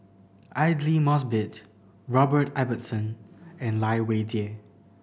Aidli Mosbit Robert Ibbetson and Lai Weijie